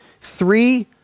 Three